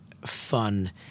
fun